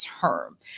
term